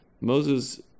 Moses